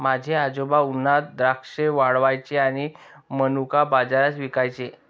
माझे आजोबा उन्हात द्राक्षे वाळवायचे आणि मनुका बाजारात विकायचे